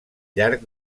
llarg